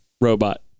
robot